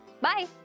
Bye